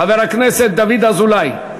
חבר הכנסת דוד אזולאי,